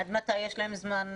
עד מתי יש להם זמן?